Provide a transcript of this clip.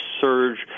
surge